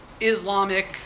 Islamic